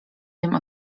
wiem